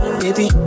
baby